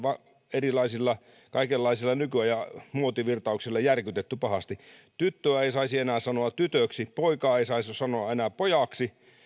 erilaisilla kaikenlaisilla nykyajan muotivirtauksilla järkytetty pahasti tyttöä ei saisi enää sanoa tytöksi poikaa ei saisi sanoa enää pojaksi